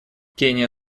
кения